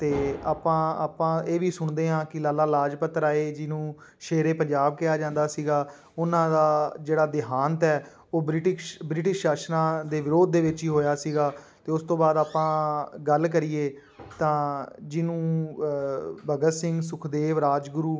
ਅਤੇ ਆਪਾਂ ਆਪਾਂ ਇਹ ਵੀ ਸੁਣਦੇ ਹਾਂ ਕਿ ਲਾਲਾ ਲਾਜਪਤ ਰਾਏ ਜੀ ਨੂੰ ਸ਼ੇਰੇ ਪੰਜਾਬ ਕਿਹਾ ਜਾਂਦਾ ਸੀਗਾ ਉਹਨਾਂ ਦਾ ਜਿਹੜਾ ਦੇਹਾਂਤ ਹੈ ਉਹ ਬ੍ਰਿਟਿਕਸ਼ ਬ੍ਰਿਟਿਸ਼ ਸ਼ਾਸਨਾਂ ਦੇ ਵਿਰੋਧ ਦੇ ਵਿੱਚ ਹੀ ਹੋਇਆ ਸੀਗਾ ਅਤੇ ਉਸ ਤੋਂ ਬਾਅਦ ਆਪਾਂ ਗੱਲ ਕਰੀਏ ਤਾਂ ਜਿਹਨੂੰ ਭਗਤ ਸਿੰਘ ਸੁਖਦੇਵ ਰਾਜਗੁਰੂ